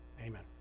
Amen